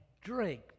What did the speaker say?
drink